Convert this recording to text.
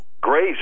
grace